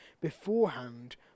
beforehand